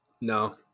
No